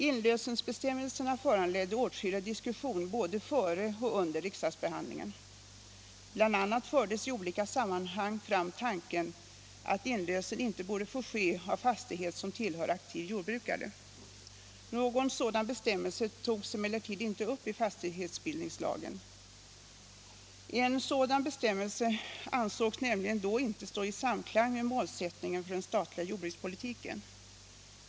Inlösenbestämmelserna föranledde åtskillig diskussion både före och under riksdagsbehandlingen. BI. a. fördes i olika sammanhang fram tanken att inlösen inte borde få ske av fastighet som tillhör aktiv jordbrukare. Någon sådan bestämmelse togs emellertid inte upp i fastighetsbildningslagen. En sådan bestämmelse ansågs nämligen då inte stå i samklang med målsättningen för den statliga jordbrukspolitiken.